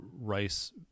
rice